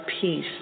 peace